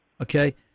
Okay